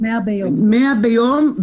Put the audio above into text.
100 ביום.